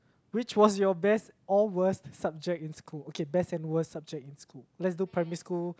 which was your best or worst subject in school okay best and worst subject in school let's do primary school